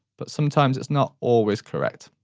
but sometimes it's not always correct.